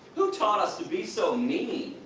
who taught us to be so mean,